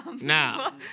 Now